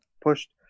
pushed